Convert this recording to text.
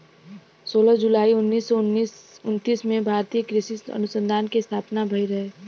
सोलह जुलाई उन्नीस सौ उनतीस में भारतीय कृषि अनुसंधान के स्थापना भईल रहे